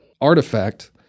artifact